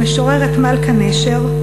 המשוררת מלכה נשר,